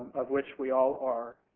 of which we all are,